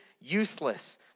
useless